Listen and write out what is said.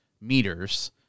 meters